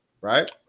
right